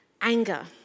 anger